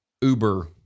Uber